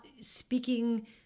speaking